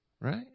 Right